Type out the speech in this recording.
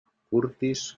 curtis